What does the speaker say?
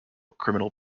criminal